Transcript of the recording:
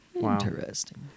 Interesting